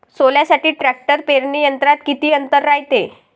सोल्यासाठी ट्रॅक्टर पेरणी यंत्रात किती अंतर रायते?